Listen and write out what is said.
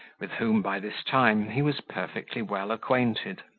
with whom by this time, he was perfectly well acquainted.